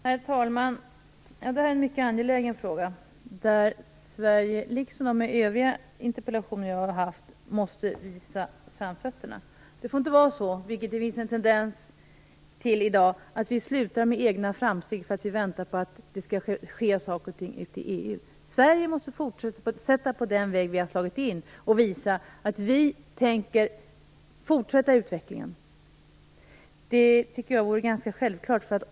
Herr talman! Detta är en mycket angelägen fråga där Sverige, liksom i de frågor som tas upp i de övriga interpellationer jag ställt, måste visa framfötterna. Det får inte vara så, vilket det finns en tendens till i dag, att vi slutar att göra egna framsteg därför att vi väntar på att det skall ske saker och ting i EU. Vi i Sverige måste fortsätta på den väg vi har slagit in på och visa att vi tänker fortsätta utvecklingen. Det är ganska självklart.